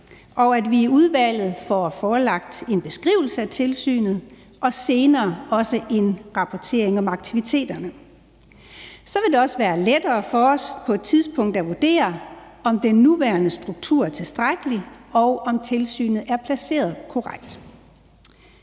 og at vi i udvalget får forelagt en beskrivelse af tilsynet og senere også en rapportering om aktiviteterne. Så vil det også være lettere for os på et tidspunkt at vurdere, om den nuværende struktur er tilstrækkelig, og om tilsynet er placeret korrekt.